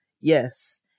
yes